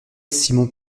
simon